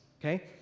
Okay